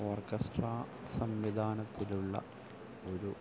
orchestra സംവിധാനത്തിലുള്ള ഒരു